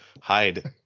hide